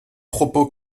propos